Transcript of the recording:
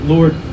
Lord